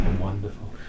wonderful